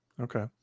Okay